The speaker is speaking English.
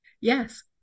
Yes